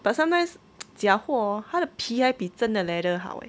but sometimes 假货 hor 他的皮还比真的 leather 好 eh